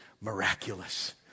miraculous